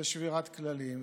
זה שבירת כללים,